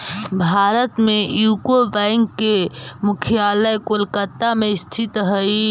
भारत में UCO bank के मुख्यालय कोलकाता में स्थित हइ